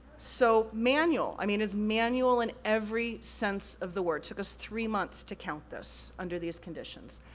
so, manual. i mean, as manual in every sense of the word. took us three months to count this under these conditions.